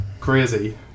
Crazy